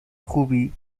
خوبی